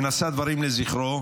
שנשא דברים לזכרו,